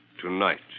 tonight